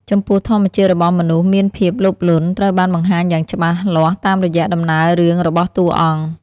ចំពោះធម្មជាតិរបស់មនុស្សមានភាពលោភលន់ ត្រូវបានបង្ហាញយ៉ាងច្បាស់លាស់តាមរយៈដំណើររឿងរបស់តួអង្គ។